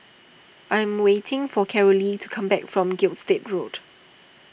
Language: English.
I am waiting for Carolee to come back from Gilstead Road